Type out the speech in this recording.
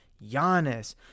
Giannis